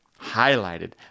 highlighted